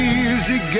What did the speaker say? easy